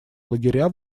лагеря